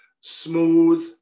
Smooth